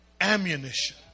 Ammunition